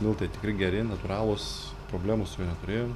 miltai tikri geri natūralūs problemų su juo neturėjom